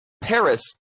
Paris